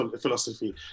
philosophy